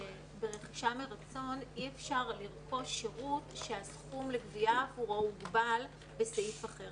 שברכישה מרצון אי אפשר לרכוש שירות שהסכום לגבייה הוגבל בסעיף אחר.